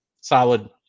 Solid